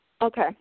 okay